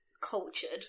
cultured